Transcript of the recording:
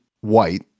white